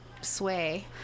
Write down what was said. sway